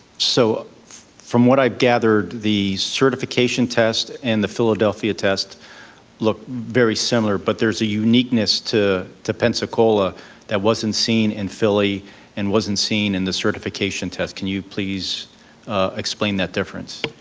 so from what i gathered, the certification test and the philadelphia test look very similar, but there's a uniqueness to to pensacola that wasn't seen in and philly and wasn't seen in the certification test, can you please explain that difference?